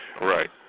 Right